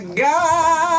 god